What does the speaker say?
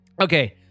okay